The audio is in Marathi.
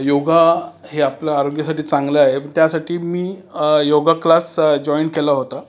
योग हे आपलं आरोग्यासाठी चांगलं आहे त्यासाठी मी योग क्लास जॉइन केला होता